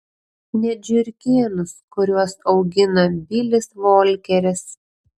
net žiurkėnus kuriuos augina bilis volkeris